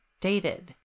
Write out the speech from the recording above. dated